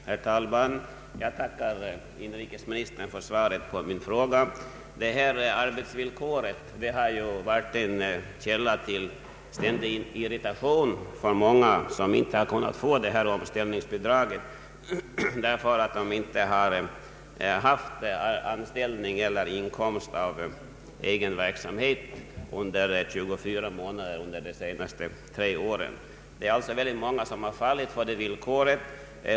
Herr talman! Jag tackar inrikesministern för svaret på min fråga. Det s.k. arbetsvillkoret har ju varit en käl la till ständig irritation. Många sökande har inte kunnat få omställningsbidrag därför att de inte har haft anställning eller inkomst av egen verksamhet under 24 månader de senaste tre åren.